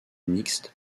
mixte